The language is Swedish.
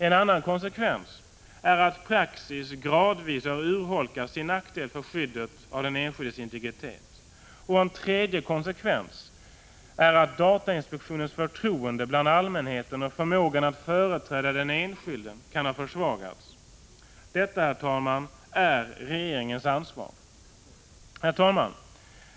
En annan konsekvens är att praxis gradvis har urholkats till nackdel för skyddet av den enskildes integritet. En tredje konsekvens är att datainspektionens förtroende bland allmänheten och förmågan att företräda den enskilde kan ha försvagats. Detta, herr talman, är regeringens ansvar.